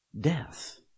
death